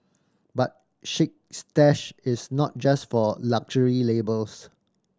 but Chic Stash is not just for luxury labels